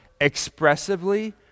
expressively